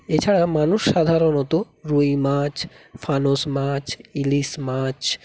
এছাড়া মানুষ সাধারণত রুই মাছ ফানুস মাছ ইলিশ মাছ